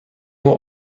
will